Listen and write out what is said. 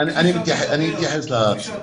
אני אתייחס לכך.